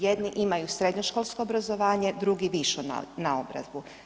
Jedni imaju srednjoškolsko obrazovanje, drugi višu naobrazbu.